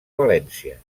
valència